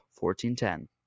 14-10